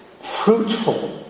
fruitful